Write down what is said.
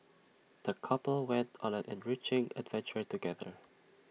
the couple went on an enriching adventure together